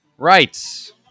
Right